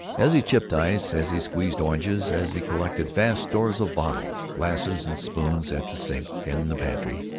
as he chipped ice, as he squeezed oranges, as he collected vast stores of bottles, glasses, and spoons at the sink in the pantry,